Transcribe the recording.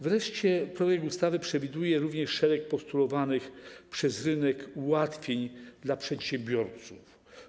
Wreszcie projekt ustawy przewiduje również wprowadzenie szeregu postulowanych przez rynek ułatwień dla przedsiębiorców.